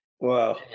wow